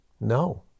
No